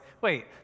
wait